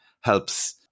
helps